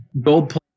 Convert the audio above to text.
gold